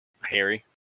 Harry